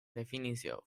definizio